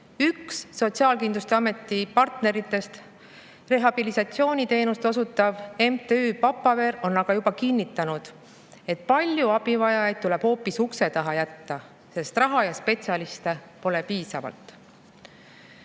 Üks Sotsiaalkindlustusameti partneritest, rehabilitatsiooniteenust osutav MTÜ Papaver on juba kinnitanud, et palju abivajajaid tuleb hoopis ukse taha jätta, sest raha ja spetsialiste pole piisavalt. Kutsume